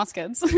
kids